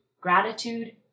gratitude